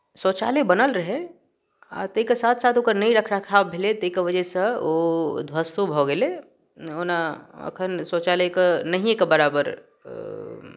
शौचालय बनल रहै आ ताहिके साथ साथ ओकर नहि रख रखाव भेलै ताहिके वजहसँ ओ ध्वस्तो भऽ गेलै ओना एखन शौचालयके नहिएके बराबर